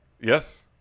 Yes